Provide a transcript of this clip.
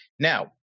Now